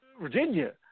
Virginia